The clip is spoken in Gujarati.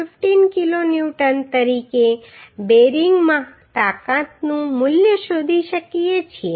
15 કિલો ન્યૂટન તરીકે બેરિંગમાં તાકાતનું મૂલ્ય શોધી શકીએ છીએ